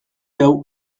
hau